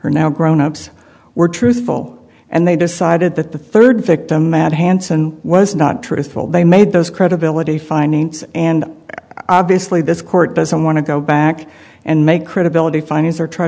are now grown ups were truthful and they decided that the third victim that hanssen was not truthful they made those credibility findings and i obviously this court doesn't want to go back and make credibility findings or try